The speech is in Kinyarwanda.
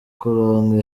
kuronka